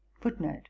Footnote